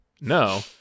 No